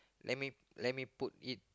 let me let me put it